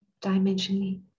dimensionally